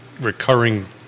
recurring